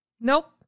Nope